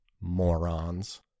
morons